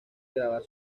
grabar